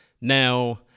Now